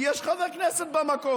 יש חבר כנסת במקום,